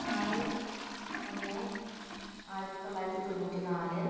ആറ് ഒന്ന് ആയിരത്തി തൊള്ളായിരത്തി തൊണ്ണൂറ്റി നാല്